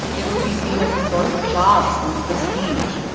it would be seen as a source of jobs and prestige.